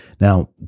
Now